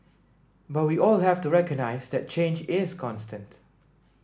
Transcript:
but we all have to recognise that change is constant